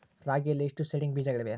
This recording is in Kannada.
ರಾಗಿಯಲ್ಲಿ ಎಷ್ಟು ಸೇಡಿಂಗ್ ಬೇಜಗಳಿವೆ?